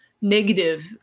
negative